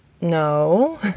No